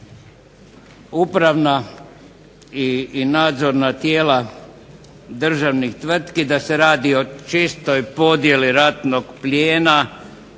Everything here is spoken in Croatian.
upravna i nadzorna tijela državnih tvrtki da se radi o čistoj podijeli ratnog plijena